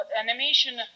Animation